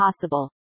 possible